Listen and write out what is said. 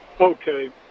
Okay